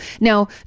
Now